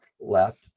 left